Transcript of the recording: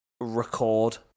record